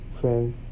friend